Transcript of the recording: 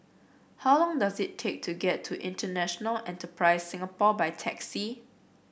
how long does it take to get to International Enterprise Singapore by taxi